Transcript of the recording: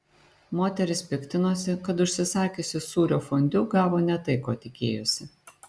moteris piktinosi kad užsisakiusi sūrio fondiu gavo ne tai ko tikėjosi